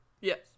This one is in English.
Yes